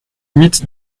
huit